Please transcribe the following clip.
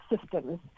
systems